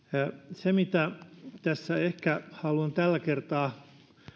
se mitä ehkä haluan tällä kertaa